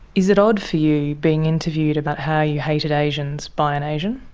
is it odd for you being interviewed about how you hated asians by an asian?